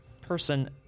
person